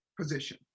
position